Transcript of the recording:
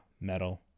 metal